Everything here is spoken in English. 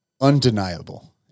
undeniable